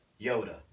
Yoda